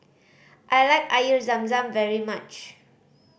I like Air Zam Zam very much